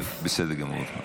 בסדר גמור.